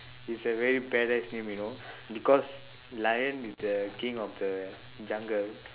is a very badass name you know because lion is the king of the jungle